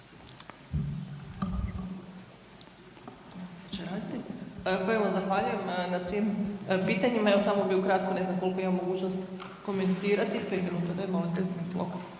Zahvaljujem na svim pitanjima, evo samo bi ukratko ne znam koliko imam mogućnost komentirati, daj molim